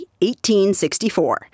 1864